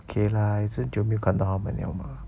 okay lah 也是很久没有看到他们了吗